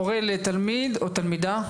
הורה לתלמיד או תלמידה,